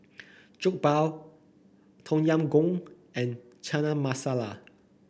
Jokbal Tom Yam Goong and Chana Masala